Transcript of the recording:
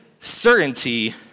certainty